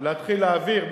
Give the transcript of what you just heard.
להתחיל להעביר,